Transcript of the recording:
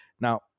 Now